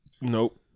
Nope